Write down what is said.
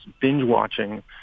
binge-watching